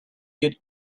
get